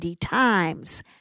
times